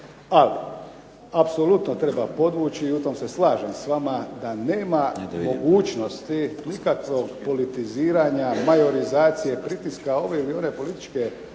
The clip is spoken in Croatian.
Ali apsolutno treba podvući i u tome se slažem s vama da nema mogućnosti nikakvog politiziranja, majorizacije, pritiska ove ili one političke